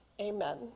amen